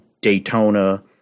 Daytona